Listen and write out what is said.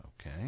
Okay